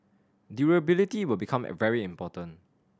durability will become very important